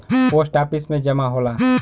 post office में जमा होला